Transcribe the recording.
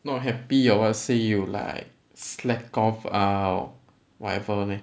not happy or what say you like slack off ah whatever leh